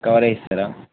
cover చేస్తారా